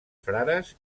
frares